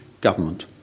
government